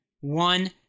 one